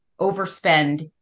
overspend